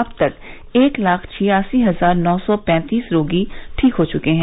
अब तक एक लाख छियासी हजार नौ सौ पैंतीस रोगी ठीक हो चुके हैं